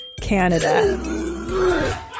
Canada